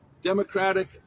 Democratic